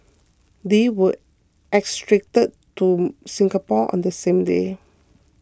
they were extradited to Singapore on the same day